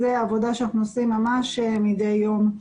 זאת עבודה שאנחנו עושים ממש מדי יום.